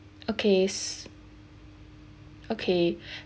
okay okay